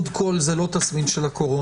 תנסו לבדוק את זה גם מול עורכת הדין כרמון,